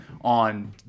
on